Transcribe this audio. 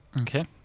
Okay